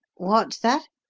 what's that?